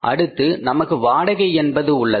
அடுத்து நமக்கு வாடகை என்பது உள்ளது